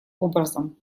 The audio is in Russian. образом